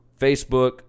Facebook